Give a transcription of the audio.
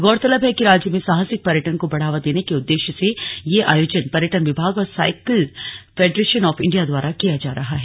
गौरतलब है कि राज्य में साहसिक पर्यटन को बढ़ावा देने के उदेश्य से यह आयोजन पर्यटन विभाग और साईकिल फेडरेशन ऑफ इन्डिया द्वारा किया जा रहा है